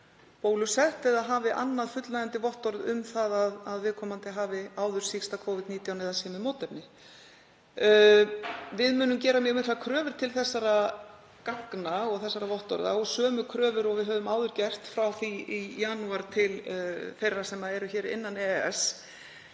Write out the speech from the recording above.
bólusett eða hafi annað fullnægjandi vottorð um að viðkomandi hafi áður sýkst af Covid-19 eða sé með mótefni. Við munum gera mjög miklar kröfur til þessara gagna og vottorða og sömu kröfur og við höfum áður gert, frá því í janúar, til þeirra sem eru innan EES.